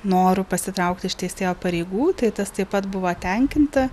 noru pasitraukt iš teisėjo pareigų tai tas taip pat buvo tenkinta